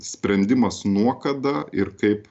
sprendimas nuo kada ir kaip